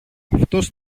αυτός